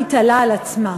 מתעלה על עצמה